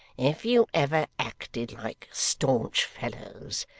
if you ever acted like staunch fellows,